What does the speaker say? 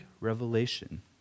Revelation